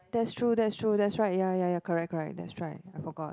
that's true that's true that's right ya ya ya correct correct that's right I forgot